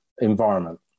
environment